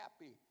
happy